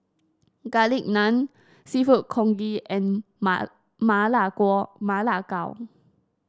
Garlic Naan seafood congee and ma lai Ma Lai Gao